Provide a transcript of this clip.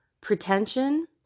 Pretension